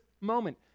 moment